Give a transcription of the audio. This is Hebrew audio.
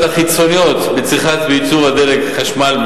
החיצוניות בצריכה וייצור של הדלק והחשמל,